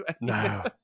No